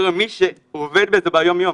יותר ממי שעובד בזה ביום יום?